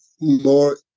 more